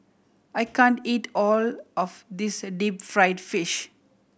I can't eat all of this deep fried fish